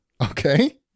Okay